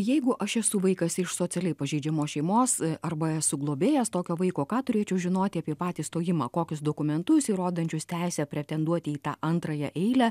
jeigu aš esu vaikas iš socialiai pažeidžiamos šeimos arba esu globėjas tokio vaiko ką turėčiau žinoti apie patį stojimą kokius dokumentus įrodančius teisę pretenduoti į tą antrąją eilę